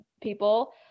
people